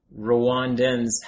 Rwandans